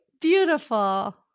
beautiful